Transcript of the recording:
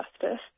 justice